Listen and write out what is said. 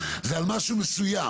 זה על משהו מסוים?